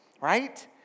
Right